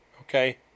Okay